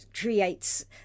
creates